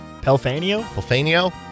Pelfanio